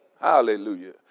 Hallelujah